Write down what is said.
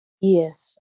Yes